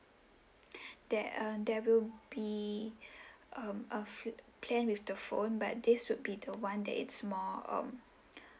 there uh there will be um a phon~ plan with the phone but this would be the one that it's more um